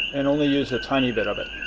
and only use a tiny bit of it.